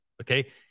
okay